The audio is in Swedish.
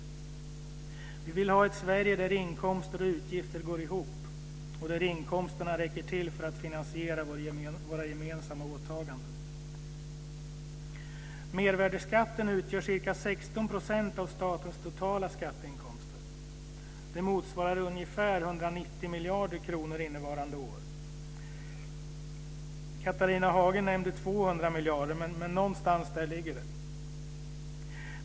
Vi vill ha ett Sverige där inkomster och utgifter går ihop och där inkomsterna räcker till för att finansiera våra gemensamma åtaganden. Mervärdesskatten utgör ca 16 % av statens totala skatteinkomster. Det motsvarar ungefär 190 miljarder kronor innevarande år. Catharina Hagen nämnde 200 miljarder, men någonstans där ligger det.